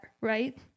right